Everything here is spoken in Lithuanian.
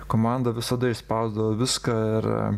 komanda visada išspausdavo viską ir